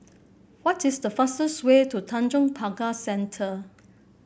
what is the fastest way to Tanjong Pagar Centre